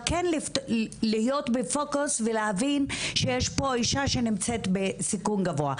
להיות בפוקוס ולהבין שיש פה אישה שנמצאת בסיכון גבוה.